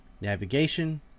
navigation